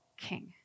king